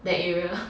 that area